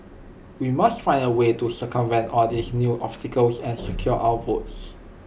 we must find A way to circumvent all these new obstacles and secure our votes